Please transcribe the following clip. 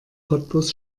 cottbus